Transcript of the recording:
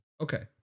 Okay